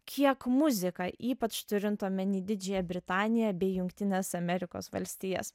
kiek muzika ypač turint omeny didžiąją britaniją bei jungtines amerikos valstijas